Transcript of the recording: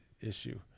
issue